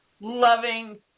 loving